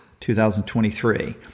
2023